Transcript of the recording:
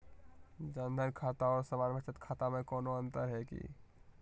जन धन खाता और सामान्य बचत खाता में कोनो अंतर है की?